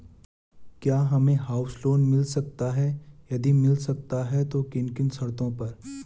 क्या हमें house loan मिल सकता है यदि मिल सकता है तो किन किन शर्तों पर?